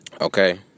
Okay